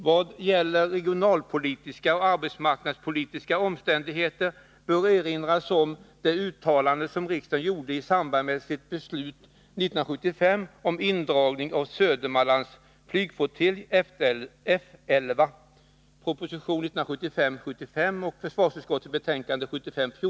Vad gäller regionalpolitiska och arbetsmarknadspolitiska omständigheter bör erinras om det uttalande som riksdagen gjorde i samband med sitt beslut år 1975 om indragning av Södermanlands flygflottilj, F 11 .